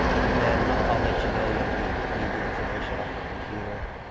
and then i'll let you know when we need the information off the computer.